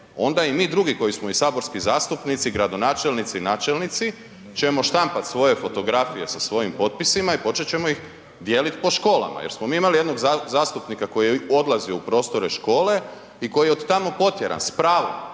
onda i mi drugi koji smo i saborski zastupnici, gradonačelnici i načelnici ćemo štampati svoje fotografije sa svojim potpisima i početi ćemo ih dijeliti po školama. Jer smo mi imali jednog zastupnika koji je odlazio u prostore škole i koji je od tamo protjeran, s pravom,